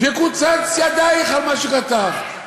תקוצץ ידך על מה שכתבת.